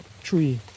tree